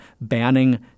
banning